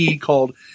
called